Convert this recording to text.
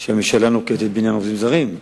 שהממשלה נוקטת בעניין העובדים הזרים.